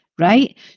right